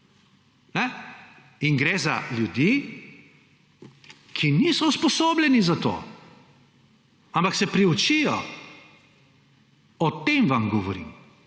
In gre za ljudi, niso usposobljeni za to, ampak se priučijo. O tem vam govorim.